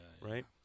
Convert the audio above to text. right